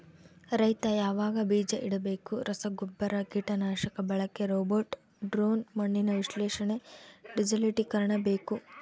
ರೈತ ಯಾವಾಗ ಬೀಜ ಇಡಬೇಕು ರಸಗುಬ್ಬರ ಕೀಟನಾಶಕ ಬಳಕೆ ರೋಬೋಟ್ ಡ್ರೋನ್ ಮಣ್ಣಿನ ವಿಶ್ಲೇಷಣೆ ಡಿಜಿಟಲೀಕರಣ ಬೇಕು